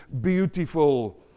beautiful